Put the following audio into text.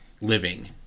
living